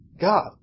God